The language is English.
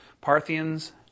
Parthians